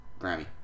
Grammy